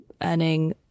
earning